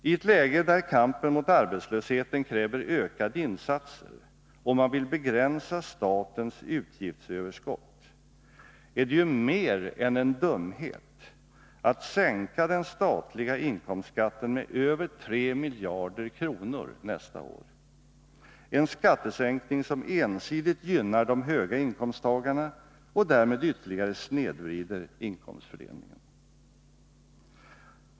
I ett läge där kampen mot arbetslösheten kräver ökade insatser och där man vill begränsa statens utgiftsöverskott är det ju mer än en dumhet att sänka den statliga inkomstskatten med över 3 miljarder kronor nästa år, en skattesänkning som ensidigt gynnar de höga inkomsttagarna och därmed ytterligare snedvrider inkomstfördelningen.